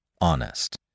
honest